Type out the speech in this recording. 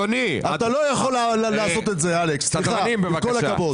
אתה לא יכול לעשות את זה, אלכס, עם כל הכבוד.